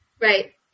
right